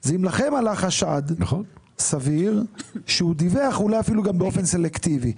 זה אם לכם עלה חשד סביר שהוא דיווח אולי אפילו גם באופן סלקטיבי,